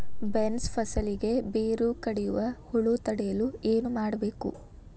Beans ಫಸಲಿಗೆ ಬೇರು ಕಡಿಯುವ ಹುಳು ತಡೆಯಲು ಏನು ಮಾಡಬೇಕು?